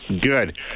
Good